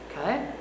okay